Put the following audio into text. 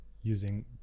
using